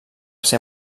ser